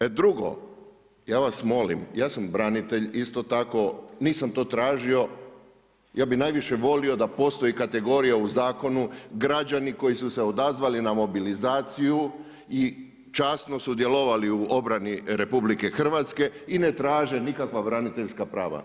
Drugo, ja sam branitelj isto tako nisam to tražio, ja bi najviše volio da postoji kategorija u zakonu, građani koji su se odazvali na mobilizaciju i časno sudjelovali u obrani RH i ne traže nikakva braniteljska prava.